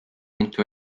into